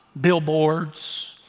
billboards